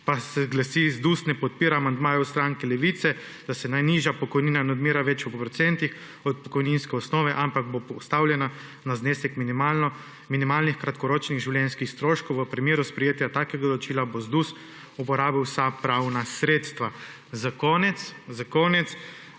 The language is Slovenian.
pa se: »ZDUS ne podpira amandmajev stranke Levica, da se najnižja pokojnina in odmera veča v procentih od pokojninske osnove, ampak bo postavljena na znesek minimalnih kratkoročnih življenjskih stroškov. V primeru sprejetja takega določila bo ZDUS uporabil vsa pravna sredstva«. Za konec,